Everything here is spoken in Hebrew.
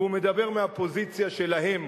והוא מדבר מהפוזיציה שלהם,